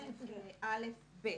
2(א)(2)